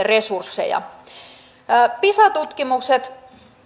resursseja pisa tutkimukset